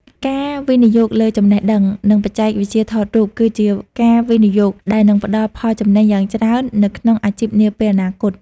ការវិនិយោគលើចំណេះដឹង និងបច្ចេកវិទ្យាថតរូប គឺជាការវិនិយោគដែលនឹងផ្តល់ផលចំណេញយ៉ាងច្រើននៅក្នុងអាជីពនាពេលអនាគត។